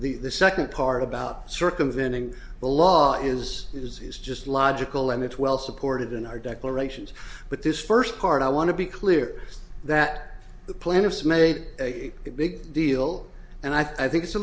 the second part about circumventing the law is is is just logical and it's well supported in our declarations but this first part i want to be clear that the plaintiffs made a big deal and i think it's a